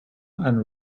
and